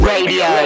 Radio